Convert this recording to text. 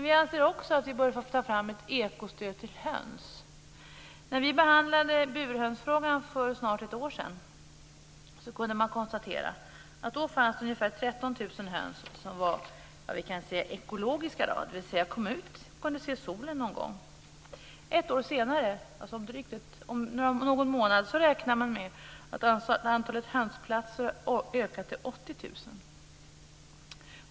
Vi anser också att vi bör ta fram ett ekostöd till höns. När vi behandlade burhönsfrågan för snart ett år sedan kunde man konstatera att det då fanns ungefär 13 000 höns som var ekologiska, dvs. de kom ut och kunde se solen någon gång. Ett år senare, dvs. om någon månad, räknar man med att antalet hönsplatser har ökat till 80 000.